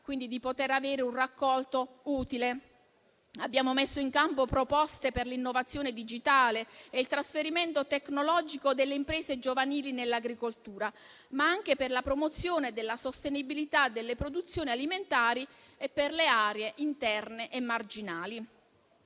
attesa di poter avere un raccolto utile. Abbiamo messo in campo proposte per l'innovazione digitale e il trasferimento tecnologico delle imprese giovanili nell'agricoltura, ma anche per la promozione della sostenibilità delle produzioni alimentari e per le aree interne e marginali.